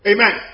Amen